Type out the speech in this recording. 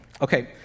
Okay